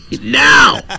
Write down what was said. Now